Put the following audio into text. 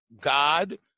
God